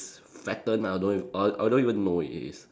fatten ah I don't I I don't even know if it is